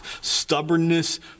stubbornness